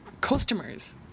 customers